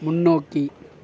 முன்னோக்கி